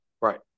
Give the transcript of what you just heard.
Right